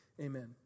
Amen